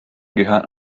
gehören